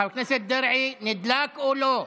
חבר הכנסת דרעי, נדלק או לא?